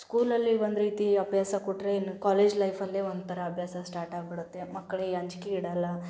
ಸ್ಕೂಲಲ್ಲಿ ಒಂದು ರೀತಿ ಅಭ್ಯಾಸ ಕೊಟ್ಟರೆ ಇನ್ನು ಕಾಲೇಜ್ ಲೈಫಲ್ಲಿಯೇ ಒಂಥರ ಅಭ್ಯಾಸ ಸ್ಟಾರ್ಟಾಗಿಬಿಡುತ್ತೆ ಮಕ್ಳಿಗೆ ಅಂಜಿಕೆ ಇಡೋಲ್ಲ